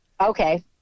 Okay